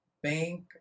Bank